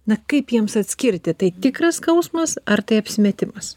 na kaip jiems atskirti tai tikras skausmas ar tai apsimetimas